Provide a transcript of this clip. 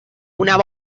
una